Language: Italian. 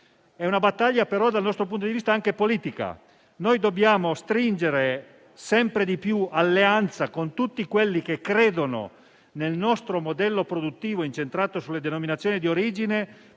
una battaglia anche politica; noi dobbiamo stringere sempre di più alleanza con tutti quelli che credono nel nostro modello produttivo incentrato sulle denominazioni di origine,